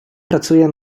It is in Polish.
pracuję